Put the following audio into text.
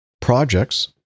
projects